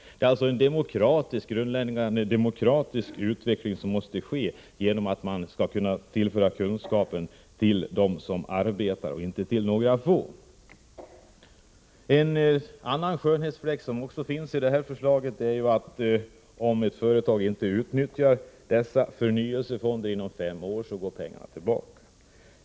En grundläggande demokratisk utveckling måste ske genom att kunskapen tillförs dem som arbetar och inte några få. En annan skönhetsfläck i förslaget är att om ett företag inte utnyttjar förnyelsefonderna inom fem år skall pengarna gå tillbaka till företaget.